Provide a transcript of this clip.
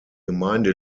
gemeinde